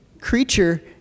creature